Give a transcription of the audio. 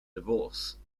divorce